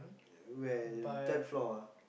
where third floor ah